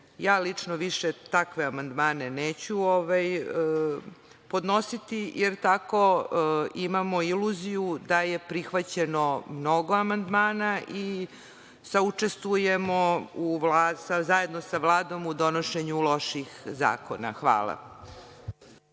Lično više takve amandmane neću podnositi, jer tako imamo iluziju da je prihvaćeno mnogo amandmana i saučestvujemo zajedno sa Vladom u donošenju loših zakona. Hvala